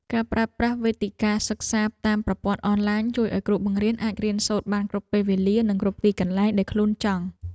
ការប្រើប្រាស់វេទិកាសិក្សាតាមប្រព័ន្ធអនឡាញជួយឱ្យគ្រូបង្រៀនអាចរៀនសូត្របានគ្រប់ពេលវេលានិងគ្រប់ទីកន្លែងដែលខ្លួនចង់។